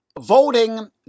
Voting